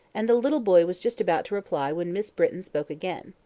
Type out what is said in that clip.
and the little boy was just about to reply when miss britton spoke again.